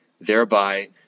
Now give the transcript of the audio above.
thereby